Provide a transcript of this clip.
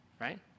Right